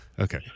Okay